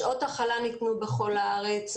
שעות הכלה ניתנו בכל הארץ.